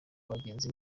abagenzi